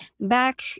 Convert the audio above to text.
back